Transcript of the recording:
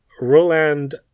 Roland